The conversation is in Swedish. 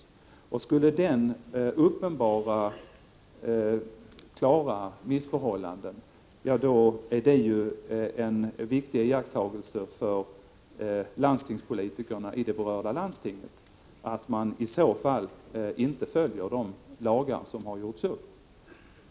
Skulle tillsynsmyndigheten uppdaga klara missförhållanden är det en viktig iakttagelse för landstingspolitikerna i det berörda landstinget att man i så fall inte följer de lagar som har stiftats.